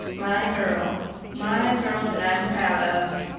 my girl my girl that i'm proud of.